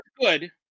good